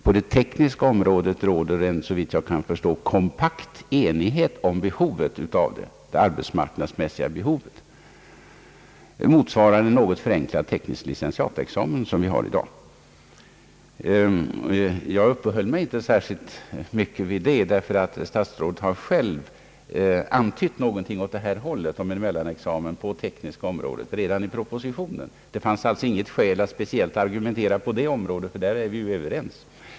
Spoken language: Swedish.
På det tekniska området råder såvitt jag kan förstå kompakt enighet om det arbetsmässiga behovet av en dylik examen, motsvarande en något förenklad teknisk licentiatexamen. Jag uppehöll mig inte särskilt mycket vid detta. Statsrådet själv har redan i propositionen antytt någonting om en mellanexamen på det tekniska området. Det fanns alltså inte något skäl att speciellt argumentera om den saken, ty därvidlag är vi överens.